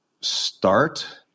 start